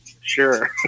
Sure